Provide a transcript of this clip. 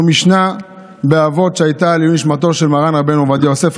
זו משנה באבות שהייתה לעילוי נשמתו של מרן רבנו עובדיה יוסף.